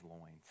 loins